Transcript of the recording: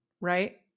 right